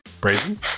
Brazen